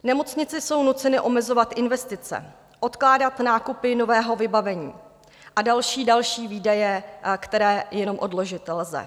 Nemocnice jsou nuceny omezovat investice, odkládat nákupy nového vybavení a další, další výdaje, které jenom odložit lze.